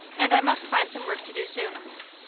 and i must find some work to do soon.